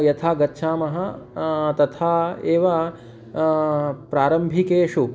यथा गच्छामः तथा एव प्रारम्भिकेषु